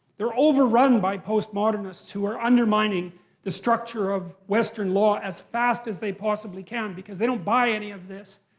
they're overrun by post-modernists who are undermining the structure of western law as fast as they possibly can because they don't buy any of this.